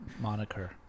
moniker